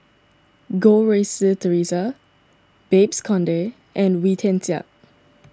Goh Rui Si theresa Babes Conde and Wee Tian Siak